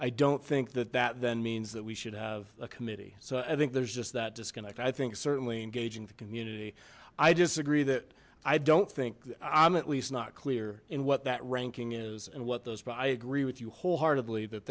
i don't think that that then means that we should have a committee so i think there's just that disconnect i think certainly engaging the community i disagree that i don't think i'm at least not clear in what that ranking is and what those but i agree with you wholeheartedly that